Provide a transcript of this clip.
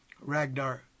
Ragnar